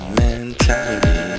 mentality